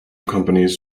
companies